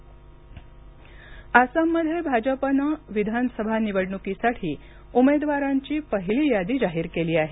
आसाम निवडणक आसाममध्ये भाजपानं विधानसभा निवडणूकीसाठी उमेदवारांची पहिली यादी जाहीर केली आहे